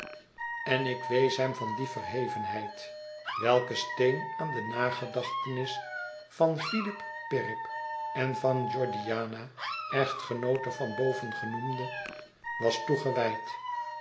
en wees hem van die verhevenheid welke steen aan denagedachtenis van filip pirrip en van georgiana echtgenoote van bovengenoemden was toegewijd